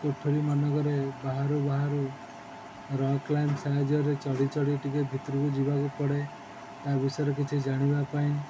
କୋଠରୀ ମାନଙ୍କରେ ବାହାରୁ ବାହାରୁ ରକ୍ କ୍ଲାଇମ୍ବ ସାହାଯ୍ୟରେ ଚଢ଼ି ଚଢ଼ି ଟିକେ ଭିତରକୁ ଯିବାକୁ ପଡ଼େ ତା ବିଷୟରେ କିଛି ଜାଣିବା ପାଇଁ